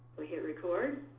we hit record.